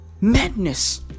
Madness